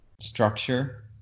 structure